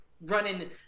running